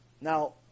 Now